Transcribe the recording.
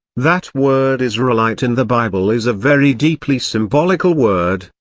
that word israelite in the bible is a very deeply symbolical word,